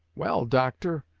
well, doctor,